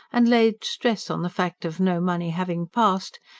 and laid stress on the fact of no money having passed,